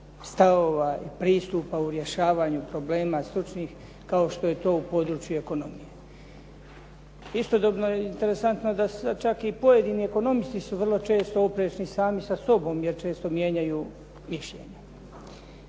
stavova i pristupa u rješavanju stručnih kao što je to u području ekonomije. Istodobno je interesantno da su čak i pojedini ekonomisti vrlo često oprečni sami sa sobom jer često mijenjaju mišljenja.